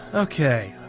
okay.